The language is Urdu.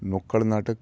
نکڑ ناٹک